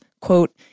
quote